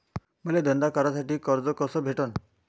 मले धंदा करासाठी कर्ज कस भेटन?